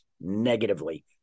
negatively